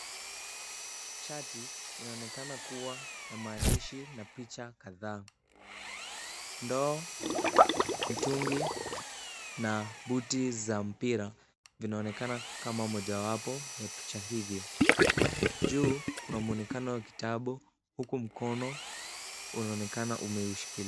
Chati inaonekana kuwa na maandishi na picha kadhaa. Ndoo, mtungi na buti za mpira vinaonekana kama mojawapo ya picha hivyo. Juu kuna mwonekano wa kitabu huku mkono unaonekana umeushikilia.